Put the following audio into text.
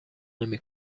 نمی